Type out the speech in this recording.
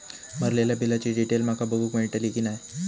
भरलेल्या बिलाची डिटेल माका बघूक मेलटली की नाय?